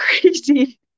crazy